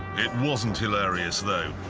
it wasn't hilarious, though.